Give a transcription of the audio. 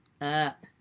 up